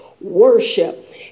Worship